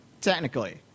Technically